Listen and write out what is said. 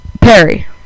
Perry